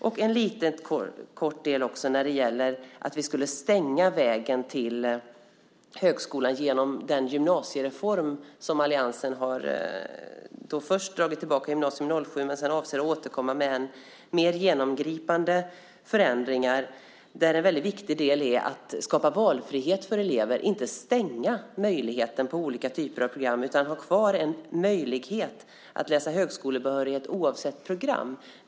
Jag vill också säga något kort när det gäller att vi skulle stänga vägen till högskolan genom den gymnasiereform som alliansen har aviserat. Först drog vi tillbaka gymnasiereformen 2007, men vi avser att återkomma med mer genomgripande förändringar där en väldigt viktig del är att skapa valfrihet för elever, inte stänga möjligheter på olika typer av program. Vi vill ha kvar en möjlighet att läsa in högskolebehörighet oavsett program.